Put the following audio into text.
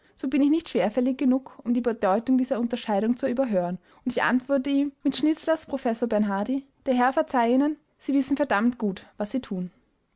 so bin ich nicht schwerfällig genug um die bedeutung dieser unterscheidung zu überhören und ich antworte ihm mit schnitzlers professor bernhardy der herr verzeih ihnen sie wissen verdammt gut was sie tun